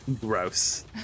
Gross